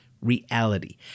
reality